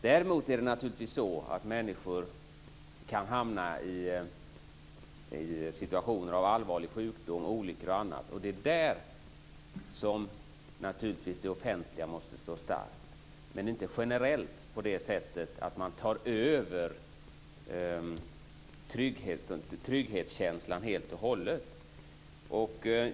Däremot kan naturligtvis människor hamna i situationer av allvarlig typ genom sjukdom, olyckor och annat. I sådana sammanhang måste det offentliga självfallet stå starkt, men det ska inte generellt och helt och hållet ta över trygghetskänslan.